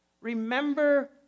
Remember